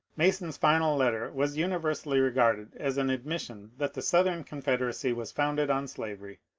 mason's final letter was universally regarded as an admission that the southern confederacy was founded on slavery.